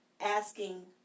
asking